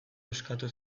eskatu